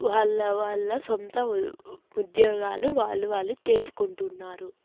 వాళ్ళ వాళ్ళ సొంత ఉద్యోగాలు వాళ్ళు వాళ్ళు చేసుకుంటున్నారు